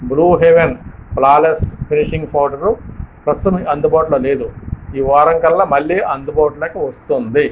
Bru Heaven flawless finishing powder ప్రస్తుతం అందుబాటులో లేదు ఈ వారం కల్లా మళ్ళీ అందుబాటులోకి వస్తుంది